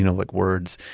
you know like words?